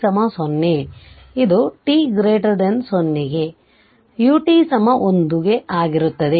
dvdt0 ಇದು t 0u 1 ಗೆ ಆಗಿರುತ್ತದೆ